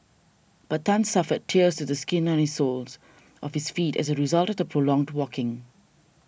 but Tan suffered tears to the skin on his soles of his feet as a result of the prolonged walking